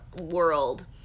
world